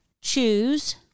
choose